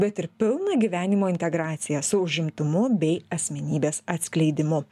bet ir pilną gyvenimo integraciją su užimtumu bei asmenybės atskleidimu